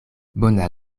bona